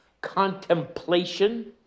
Contemplation